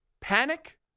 panic